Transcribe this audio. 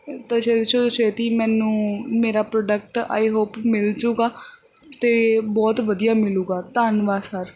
ਤੇ ਛੇਤੀ ਤੋਂ ਛੇਤੀ ਮੈਨੂੰ ਮੇਰਾ ਪ੍ਰੋਡਕਟ ਆਈ ਹੋਪ ਮਿਲ ਜਾਊਗਾ ਤੇ ਬਹੁਤ ਵਧੀਆ ਮਿਲੂਗਾ ਧੰਨਵਾਦ ਸਰ